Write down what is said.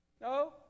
No